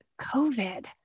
COVID